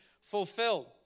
fulfilled